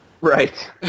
Right